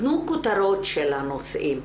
תנו כותרות של הנושאים.